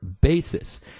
basis